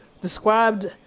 described